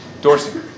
Dorsey